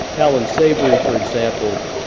allan savory, for example,